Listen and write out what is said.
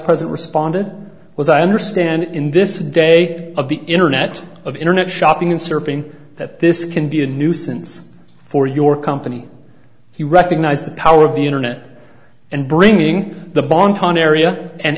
president responded was i understand in this day of the internet of internet shopping and surfing that this can be a nuisance for your company if you recognize the power of the internet and bringing the bon ton area and